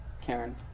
Karen